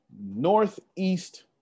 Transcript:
Northeast